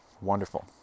Wonderful